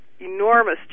enormous